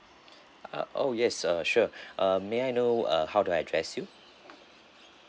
uh oh yes uh sure uh may I know uh how do I address you